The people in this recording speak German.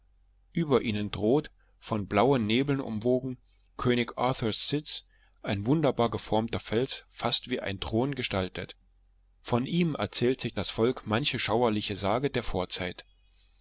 über ihnen droht von blauen nebeln umwoben könig arthurs sitz ein wunderbar geformter fels fast wie ein thron gestaltet von ihm erzählt sich das volk manche schauerliche sage der vorzeit